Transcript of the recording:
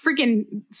freaking